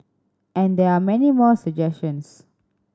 and there are many more suggestions